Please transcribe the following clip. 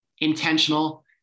intentional